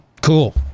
cool